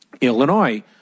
Illinois